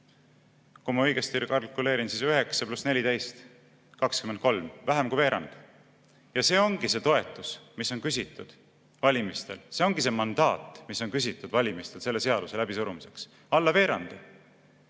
Kui ma õigesti kalkuleerin, siis 9 + 14 ehk 23, vähem kui veerand. Ja see ongi see toetus, mis on küsitud valimistel, see ongi see mandaat, mis on küsitud valimistel selle seaduse läbisurumiseks. Alla veerandi!